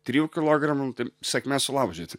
trijų kilogramų nu tai sėkmės sulaužyti